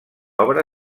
obra